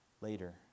later